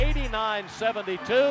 89-72